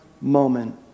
moment